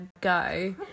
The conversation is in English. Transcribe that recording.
go